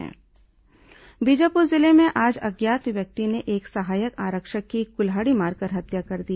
आरक्षक हत्या बीजापुर जिले में आज अज्ञात व्यक्ति ने एक सहायक आरक्षक की कुल्हाड़ी मारकर हत्या कर दी